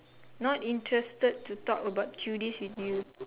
not interested to talk about cuties with you